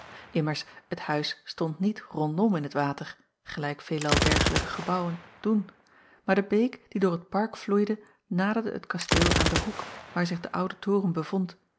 immers het huis stond niet jacob van ennep laasje evenster rondom in het water gelijk veelal dergelijke gebouwen doen maar de beek die door het park vloeide naderde het kasteel aan den hoek waar zich de oude toren bevond